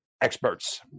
experts